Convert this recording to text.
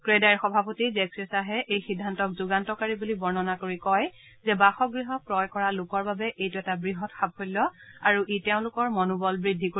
ক্ৰেডাইৰ সভাপতি জেক্সে খাহে এই সিদ্ধান্তক যুগান্তকাৰী বুলি বৰ্ণনা কৰি কয় যে বাসগৃহ ক্ৰয় কৰা লোকৰ বাবে এইটো এটা বৃহৎ সাফল্য আৰু ই তেওঁলোকৰ মনোবল বৃদ্ধি কৰিব